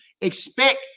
expect